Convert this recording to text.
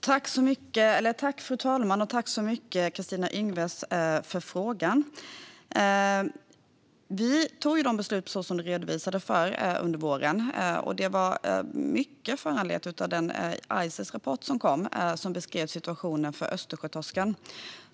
Fru talman! Tack så mycket för frågan, Kristina Yngwe! Som redovisat antog vi beslut under våren, och dessa föranleddes mycket av den Icesrapport som kom och som beskrev situationen för östersjötorsken.